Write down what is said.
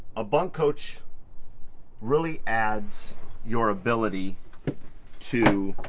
a bunk coach really adds your ability to.